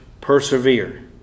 Persevere